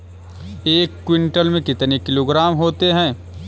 एक क्विंटल में कितने किलोग्राम होते हैं?